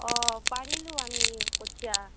অঁ পাৰিলোঁ আমি কঠীয়া